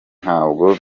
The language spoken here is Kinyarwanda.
ntabwo